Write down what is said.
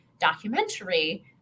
documentary